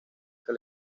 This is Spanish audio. que